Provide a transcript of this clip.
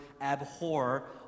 abhor